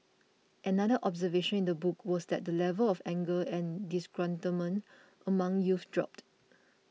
another observation in the book was that the level of anger and disgruntlement among youth dropped